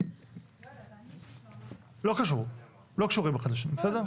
לא קשור, לא קשורים אחד לשני, בסדר?